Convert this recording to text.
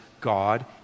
God